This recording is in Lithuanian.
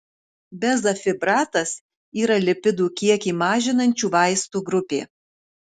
bezafibratas yra lipidų kiekį mažinančių vaistų grupė